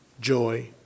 joy